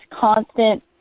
constant